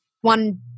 one